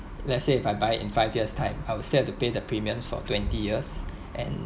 let's say if I buy in five years time I will still have to pay the premiums for twenty years and